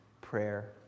prayer